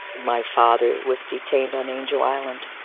my father was detained on angel island.